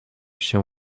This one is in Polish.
się